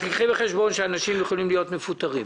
רק קחי בחשבון שאנשים עלולים להיות מפוטרים.